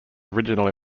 original